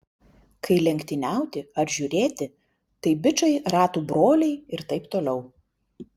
kai lenktyniauti ar žiūrėti tai bičai ratų broliai ir taip toliau